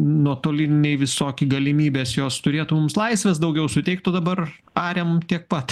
nuotoliniai visoki galimybės jos turėtų mums laisvės daugiau suteikt o dabar ariam tiek pat